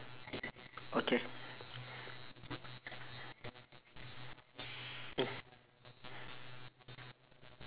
okay